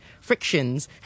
frictions